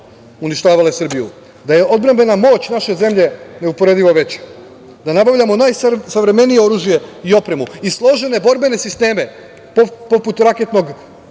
uništavale Srbiju, da je odbrambena moć naše zemlje neuporedivo veća, da nabavljamo najsavremenije oružje i opremu i složene borbene sisteme, poput raketnog